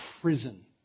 prison